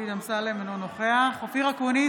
(קוראת בשמות חברי הכנסת) אופיר אקוניס,